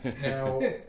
Now